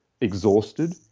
exhausted